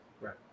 right